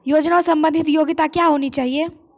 योजना संबंधित योग्यता क्या होनी चाहिए?